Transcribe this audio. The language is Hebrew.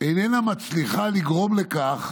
איננה מצליחה לגרום לכך